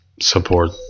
support